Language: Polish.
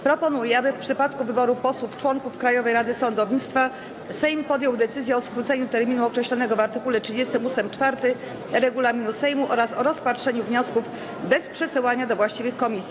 Proponuję, aby w przypadku wyboru posłów członków Krajowej Rady Sądownictwa Sejm podjął decyzję o skróceniu terminu określonego w art. 30 ust. 4 regulaminu Sejmu oraz o rozpatrzeniu wniosków bez przesyłania do właściwej komisji.